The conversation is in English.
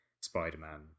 Spider-Man